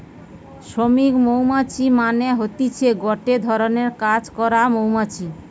শ্রমিক মৌমাছি মানে হতিছে গটে ধরণের কাজ করা মৌমাছি